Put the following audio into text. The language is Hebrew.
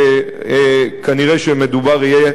וכנראה מדובר יהיה,